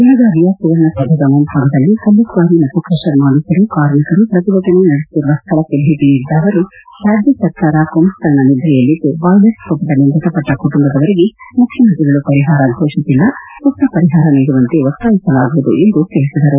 ಬೆಳಗಾವಿಯ ಸುವರ್ಣ ಸೌಧದ ಮುಂಭಾಗದಲ್ಲಿ ಕಲ್ಲು ಕ್ವಾರಿ ಮತು ಕ್ರಷರ್ ಮಾಲೀಕರು ಕಾರ್ಮಿಕರು ಪ್ರತಿಭಟನೆ ನಡೆಸುತ್ತಿರುವ ಸ್ಥಳಕ್ಕೆ ಬೇಟಿ ನೀಡಿದ ಅವರು ರಾಜ್ಯ ಸರ್ಕಾರ ಕುಂಭಕರ್ಣ ನಿದ್ರೆಯಲ್ಲಿದ್ದುಬಾಯ್ಲರ್ ಸ್ಪೋಣದಲ್ಲಿ ಮೃತಪಟ್ಟ ಕುಟುಂಬದವರಿಗೆ ಮುಖ್ಯಮಂತ್ರಿಗಳು ಪರಿಹಾರ ಘೋಷಿಸಿಲ ಸೂಕ್ತ ಪರಿಹಾರ ನೀಡುವಂತೆ ಒತ್ತಾಯಿಸಲಾಗುವುದು ಎಂದು ತಿಳಿಸಿದರು